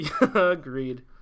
Agreed